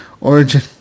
origin